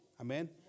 Amen